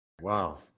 Wow